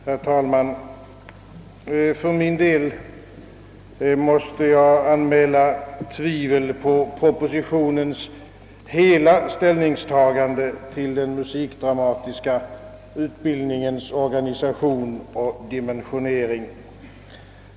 Herr talman! För min del måste jag anmäla tvivel på propositionens hela ställningstagande till den musikdramatiska utbildningens organisation och dimensionering.